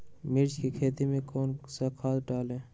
मिर्च की खेती में कौन सा खाद डालें?